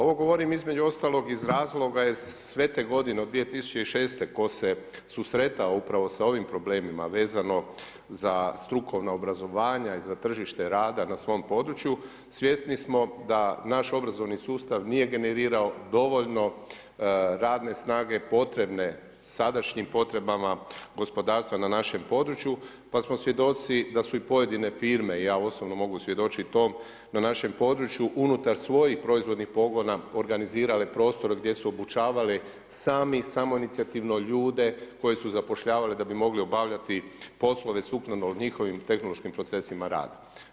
Ovo govorim između ostalog iz razloga jer sve te godine od 2006. tko se susretao upravo sa ovim problemima vezano za strukovna obrazovanja i za tržište rada na svom području svjesni smo da naš obrazovni sustav nije generirao dovoljno radne snage potrebne sadašnjim potrebama gospodarstva na našem području, pa smo svjedoci da su i pojedine firme i ja osobno mogu svjedočiti tom na našem području unutar svojih proizvodnih pogona organizirale prostore gdje su obučavali sami, samoinicijativno ljude koje su zapošljavali da bi mogli obavljati poslove sukladno njihovim tehnološkim procesima rada.